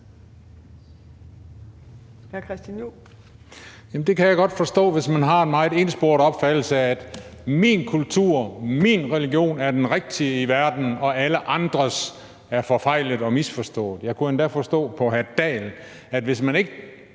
Det kan jeg godt forstå, hvis man har en meget ensporet opfattelse af, at min kultur, min religion er den rigtige i verden, og at alle andres er forfejlet og misforstået. Jeg kunne endda forstå på hr. Dahl, at hvis man ikke